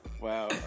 Wow